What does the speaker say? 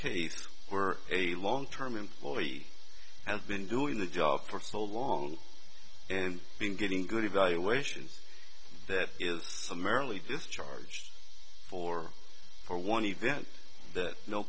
kate were a long term employee has been doing the job for so long and been getting good evaluations that is summarily discharged for for one event that no